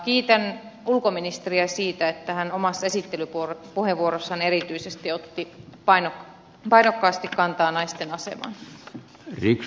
kiitän ulkoministeriä siitä että hän omassa esittelypuheenvuorossaan erityisesti otti painokkaasti kantaa naisten asemaan